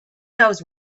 knows